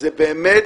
זו באמת